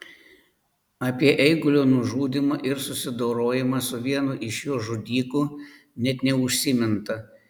apie eigulio nužudymą ir susidorojimą su vienu iš jo žudikų net neužsiminta